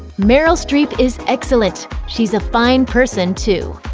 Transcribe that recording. meryl streep is excellent she's a fine person, too.